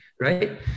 right